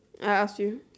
I ask you